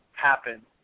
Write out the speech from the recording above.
happen